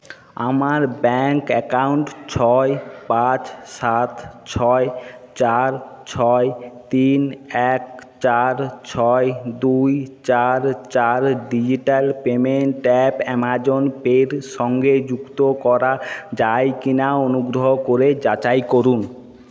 আমার bank account ছয় পাঁচ সাত ছয় চার ছয় তিন এক চার ছয় দুই চার চার ডিজিটাল পেমেন্ট অ্যাপ আমাজন পের সঙ্গে যুক্ত করা যায় কি না অনুগ্রহ করে যাচাই করুন